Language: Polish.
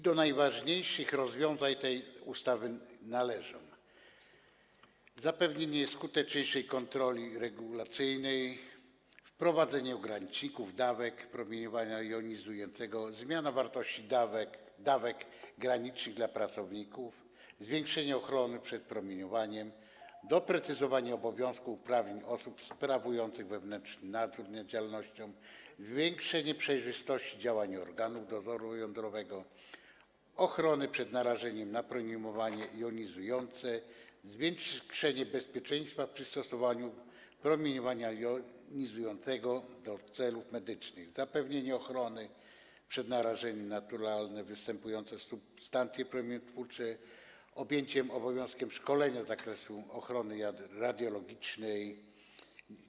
Do najważniejszych rozwiązań tej ustawy należą: zapewnienie skuteczniejszej kontroli regulacyjnej; wprowadzenie ograniczników dawek promieniowania jonizującego; zmiana wartości dawek granicznych dla pracowników; zwiększenie ochrony przed promieniowaniem jonizującym; doprecyzowanie obowiązków i uprawnień osób sprawujących wewnętrzny nadzór nad działalnością; zwiększenie przejrzystości działań organów dozoru jądrowego; ochrona przed narażeniem na promieniowanie jonizujące; zwiększenie bezpieczeństwa przy stosowaniu promieniowania jonizującego do celów medycznych; zapewnienie ochrony przed narażeniem na naturalnie występujące substancje promieniotwórcze; objęcie obowiązkiem szkolenia z zakresu ochrony radiologicznej.